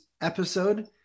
episode